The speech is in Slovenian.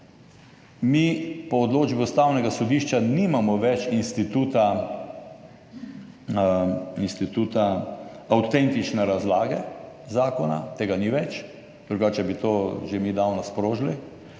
Mi po odločbi Ustavnega sodišča nimamo več instituta avtentične razlage zakona, tega ni več, drugače bi to že mi davno sprožili,